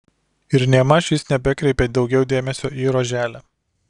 ir nėmaž jis nebekreipė daugiau dėmesio į roželę